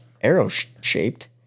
arrow-shaped